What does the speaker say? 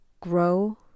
grow